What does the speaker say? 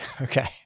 Okay